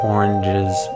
Orange's